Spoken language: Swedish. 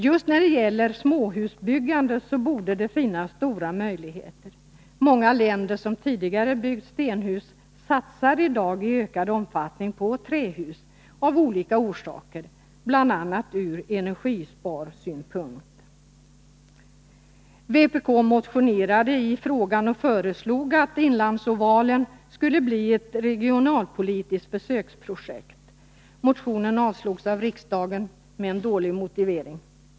Just när det gäller småhusbyggandet borde det finnas stora möjligheter. Många länder som tidigare byggt stenhus satsar i dag i ökad omfattning på trähus av olika orsaker, bl.a. av hänsyn till energisparande. Vpk motionerade i frågan och föreslog att Inlandsovalen skulle bli ett regionalpolitiskt försöksprojekt. Motionen avslogs av riksdagen med en dålig motivering.